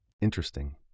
Interesting